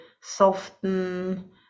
soften